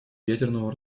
ядерного